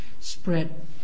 spread